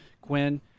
Quinn